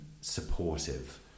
supportive